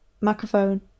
microphone